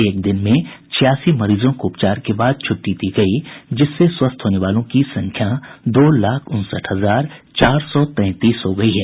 एक दिन में छियासी मरीजों को उपचार के बाद छुट्टी दी गई जिससे स्वस्थ होने वालों की संख्या दो लाख उनसठ हजार चार सौ तैंतीस हो गई है